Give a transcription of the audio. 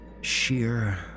sheer